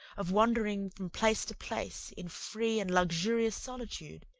of wandering from place to place in free and luxurious solitude,